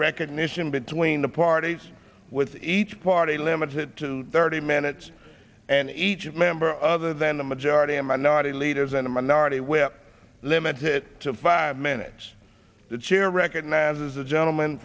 recognition between the parties with each party limited to thirty minutes and each member other than the majority and minority leaders in a minority whip limit it to five minutes the chair recognizes the gentleman